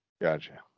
Gotcha